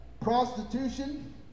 prostitution